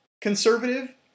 conservative